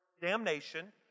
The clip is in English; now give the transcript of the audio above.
damnation